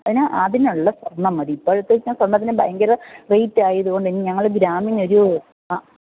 അതിന് അതിനുള്ള സ്വർണ്ണം മതി ഇപ്പോഴത്തെ വെച്ചാൽ സ്വർണ്ണത്തിനു ഭയങ്കര റേയ്റ്റായതു കൊണ്ട് ഞങ്ങൾ ഗ്രാമിനൊരു ആ